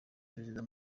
perezida